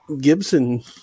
Gibson